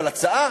אבל, הצעה